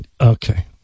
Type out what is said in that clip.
Okay